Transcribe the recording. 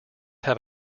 have